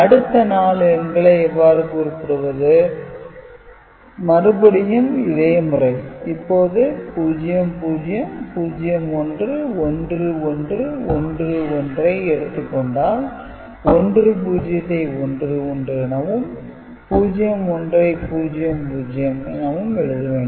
அடுத்த 4 எண்களை எவ்வாறு குறிப்பது மறுபடியும் இதே முறை இப்போது 00 01 11 10 ஐ எடுத்துக் கொண்டால் 10 ஐ 11 எனவும் 01 ஐ 00 எனவும் எழுத வேண்டும்